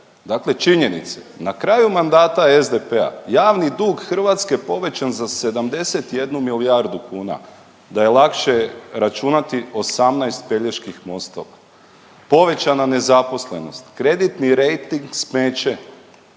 Dakle, činjenice na kraju mandata SDP-a javni dug Hrvatske povećan za 71 milijardu kuna. Da je lakše računati 18 Peljeških mostova. Povećana nezaposlenost, kreditni rejting smeće.